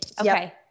Okay